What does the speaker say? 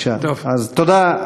תודה,